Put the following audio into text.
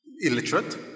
illiterate